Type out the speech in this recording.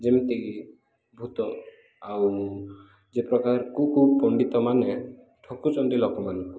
ଯେମିତିକି ଭୂତ ଆଉ ଯେ ପ୍ରକାର କୋଉ କୋଉ ପଣ୍ଡିତ ମାନେ ଠକୁଛନ୍ତି ଲୋକମାନଙ୍କୁ